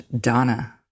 Donna